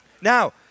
Now